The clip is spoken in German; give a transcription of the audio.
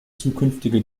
zukünftige